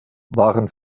waren